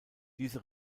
diese